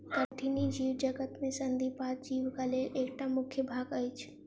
कठिनी जीवजगत में संधिपाद जीवक लेल एकटा मुख्य भाग अछि